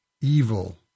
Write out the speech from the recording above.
evil